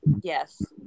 yes